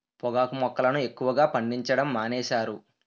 పొగాకు మొక్కలను ఎక్కువగా పండించడం మానేశారు